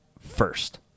first